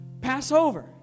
Passover